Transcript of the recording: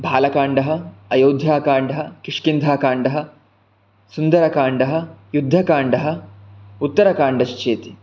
बालकाण्डः अयोध्याकाण्डः किष्किन्धाकाण्डः सुन्दरकाण्डः युद्धकाण्डः उत्तरकाण्डश्चेति